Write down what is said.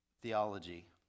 theology